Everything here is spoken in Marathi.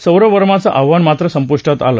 सौरभ वर्माचं आव्हान मात्र संपुष्टात आलं